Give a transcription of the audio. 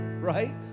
right